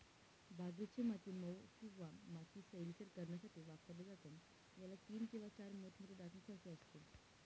बागेची माती मऊ किंवा माती सैलसर करण्यासाठी वापरलं जातं, याला तीन किंवा चार मोठ्या मोठ्या दातांसारखे असते